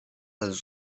elles